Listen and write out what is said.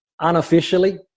Unofficially